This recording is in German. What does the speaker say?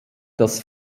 das